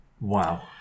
Wow